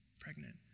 pregnant